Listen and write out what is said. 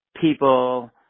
people